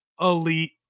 elite